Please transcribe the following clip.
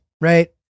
right